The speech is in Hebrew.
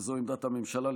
וזו עמדת הממשלה,